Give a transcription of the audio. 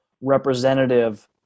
representative